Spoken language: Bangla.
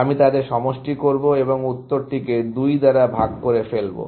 আমি তাদের সমষ্টি করবো এবং উত্তরটিকে 2 দ্বারা ভাগ করে ফেলবো